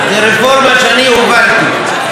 זו רפורמה שאני הובלתי.